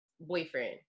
boyfriend